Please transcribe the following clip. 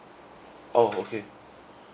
oh okay